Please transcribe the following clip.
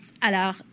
Alors